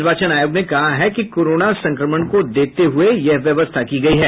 निर्वाचन आयोग ने कहा है कि कोरोना संक्रमण को देखते हुये यह व्यवस्था की गई है